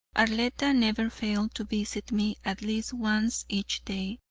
arletta never failed to visit me at least once each day,